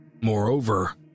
Moreover